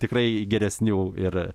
tikrai geresnių ir